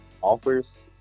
offers